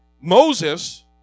Moses